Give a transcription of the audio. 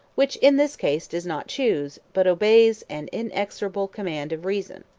which in this case does not choose, but obeys an inexorable command of reason,